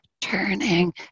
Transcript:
turning